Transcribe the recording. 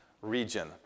region